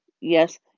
yes